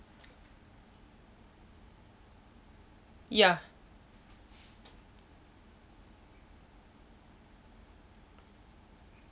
ya